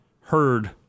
heard